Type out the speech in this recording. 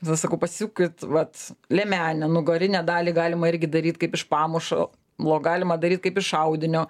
tada sakau pasisiūkit vat liemenę nugarinę dalį galima irgi daryt kaip iš pamušalo buvo galima daryt kaip iš audinio